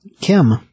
Kim